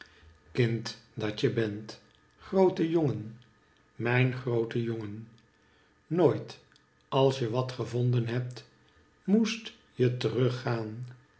kind dat je bent grootejongen mijn grootejongen nooit als je wat gevonden hebt moest je terug